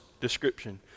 description